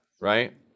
right